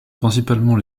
principalement